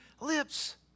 lips